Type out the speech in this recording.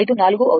154 అవుతుంది